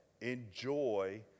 enjoy